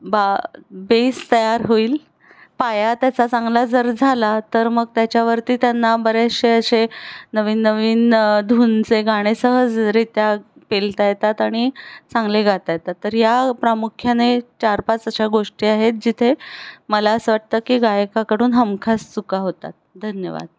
बा बेस तयार होईल पाया त्याचा चांगला जर झाला तर मग त्याच्यावरती त्यांना बरेचसे असे नवीन नवीन धुनचे गाणे सहजरित्या पेलता येतात आणि चांगले गाता येतात तर या प्रामुख्याने चार पाच अशा गोष्टी आहेत जिथे मला असं वाटतं की गायकाकडून हमखास चुका होतात धन्यवाद